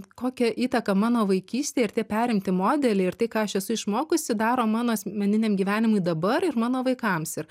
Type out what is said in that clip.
kokią įtaką mano vaikystėj ir tie perimti modelį ir tai ką aš esu išmokusi daro mano asmeniniam gyvenimui dabar ir mano vaikams ir